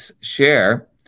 share